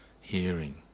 hearing